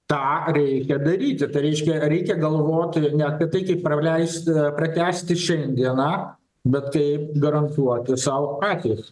tą reikia daryti tai reiškia reikia galvoti ne apie tai kaip praleisti pratęsti šiandieną bet kaip garantuoti sau ateitį